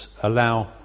allow